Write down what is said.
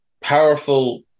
powerful